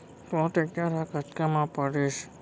तोला टेक्टर ह कतका म पड़िस?